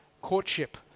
courtship